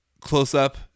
close-up